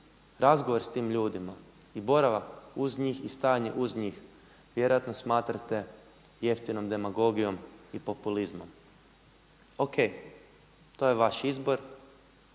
razgovor sa tim ljudima i boravak uz njih i stajanje uz njih vjerojatno smatrate jeftinom demagogijom i populizmom. O.k. To je vaš izbor.